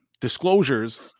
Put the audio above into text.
disclosures